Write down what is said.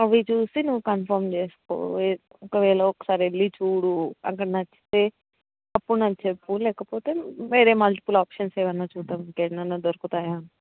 అవి చూసి నువ్వు కన్ఫర్మ్ చేసుకో ఒకవేళ ఒకసారి వెళ్ళి చూడు అక్కడ నచ్చితే అప్పుడు నాకు చెప్పు లేకపోతే వేరే మల్టిపుల్ ఆప్షన్స్ ఏవన్నా చూద్దాం ఇంక ఎడనన్నా దొరుకుతాయా అని